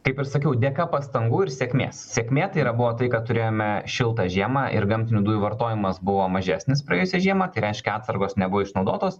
kaip ir sakiau dėka pastangų ir sėkmės sėkmė tai yra buvo tai kad turėjome šiltą žiemą ir gamtinių dujų vartojimas buvo mažesnis praėjusią žiemą tai reiškia atsargos nebuvo išnaudotos